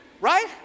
right